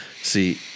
See